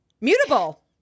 mutable